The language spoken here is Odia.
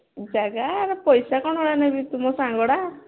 ଜାଗା ପଇସା କ'ଣ ନେବି ତୁମ ସାଙ୍ଗଟା